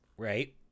Right